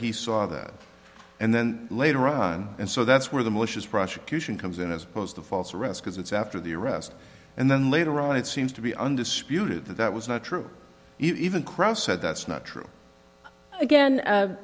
he saw that and then later on and so that's where the malicious prosecution comes in as opposed to false arrest because it's after the arrest and then later on it seems to be undisputed that that was not true even cross said that's not true again